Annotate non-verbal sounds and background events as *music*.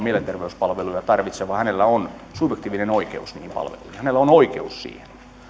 *unintelligible* mielenterveyspalveluja tarvitsevalla on subjektiivinen oikeus niihin palveluihin hänellä on on oikeus